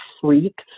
freak